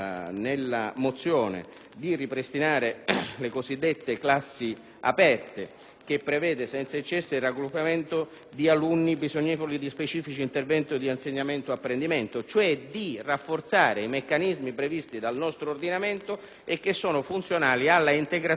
di ripristinare le cosiddette classi aperte, che prevedano, senza eccessi, il raggruppamento di alunni bisognevoli di specifici interventi di insegnamento-apprendimento. Abbiamo bisogno di rafforzare i meccanismi previsti dal nostro ordinamento, che sono funzionali all'integrazione scolastica. Chiediamo